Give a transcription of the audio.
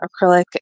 acrylic